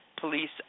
police